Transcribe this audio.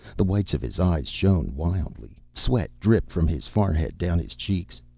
the whites of his eyes shone wildly. sweat dripped from his forehead, down his cheeks.